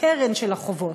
הקרן של החובות.